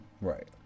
Right